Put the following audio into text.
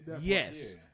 yes